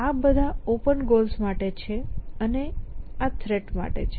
આ બધા open goals માટે છે અને આ થ્રેટ માટે છે